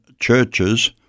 churches